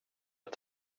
jag